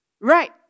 Right